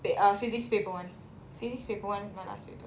wait ah physics paper one physics paper one is my last paper